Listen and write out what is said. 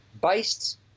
based